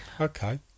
Okay